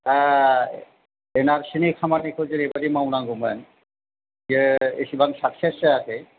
एनआरसिनि खामानिखौ जेरै बायदि मावनांगौमोन बे एसेबां साक्सेस जायाखै